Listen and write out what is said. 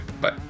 Bye